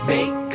Make